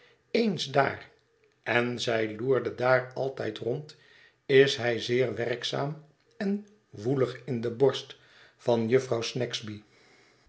eens daar en zij loerde daar altijd rond is zij zeer werkzaam en woelig in de borst van jufvrouw snagsby